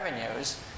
revenues